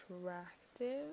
attractive